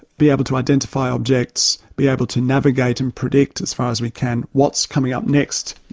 be able to identify objects, be able to navigate and predict as far as we can, what's coming up next,